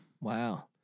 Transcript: Wow